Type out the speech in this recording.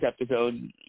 episode